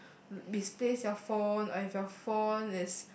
misplace your phone or your phone is